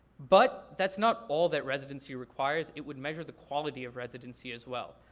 but that's not all that residency requires, it would measure the quality of residency as well.